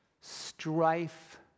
strife